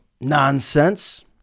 Nonsense